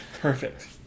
Perfect